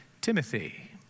Timothy